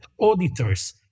auditors